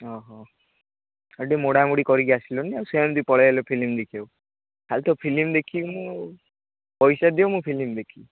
ଓହ ଖାଲି ଟିକେ ମୋଡ଼ା ମୋଡ଼ି କରିକି ଆସିଲନି ଆଉ ସେମିତି ପଳେଇ ଆଇଲେ ଫିଲିମ ଦେଖିବାକୁ ଖାଲି ତ ଫିଲିମ ଦେଖିବି ମୁଁ ପଇସା ଦିଅ ମୁଁ ଫିଲିମ ଦେଖିବି